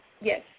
Yes